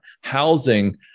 housing